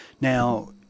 Now